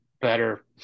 better